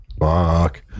Fuck